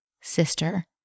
sister